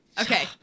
Okay